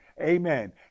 Amen